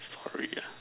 story ah